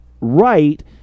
right